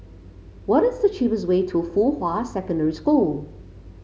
what is the cheapest way to Fuhua Secondary School